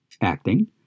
Acting